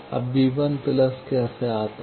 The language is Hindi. अब कैसे आता है